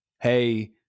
hey